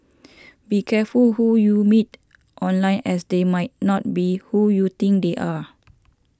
be careful who you meet online as they might not be who you think they are